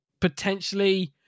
potentially